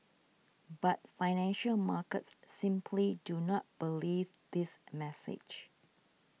but financial markets simply do not believe this message